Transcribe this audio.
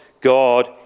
God